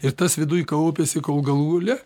ir tas viduj kaupiasi kol galų gale